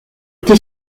été